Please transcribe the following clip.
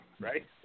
right